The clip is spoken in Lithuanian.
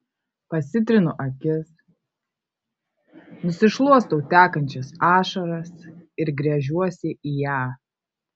pasitrinu akis nusišluostau tekančias ašaras ir gręžiuosi į ją